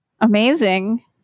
Amazing